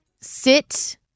sit